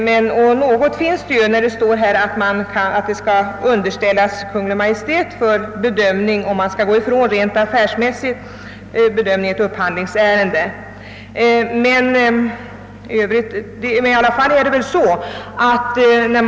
Och visst underlag för min förmodan finns det ju, när det står i kungörelsen att frågan huruvida man skall frångå den rent affärsmässiga bedömningen i ett upphandlingsärende skall underställas Kungl. Maj:t för bedömning, vilket dock ej skett i detta fall.